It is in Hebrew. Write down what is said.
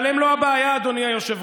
אבל הם לא הבעיה, אדוני היושב-ראש.